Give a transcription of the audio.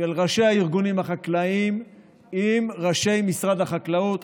של ראשי הארגונים החקלאיים עם ראשי משרד החקלאות.